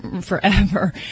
forever